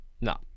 No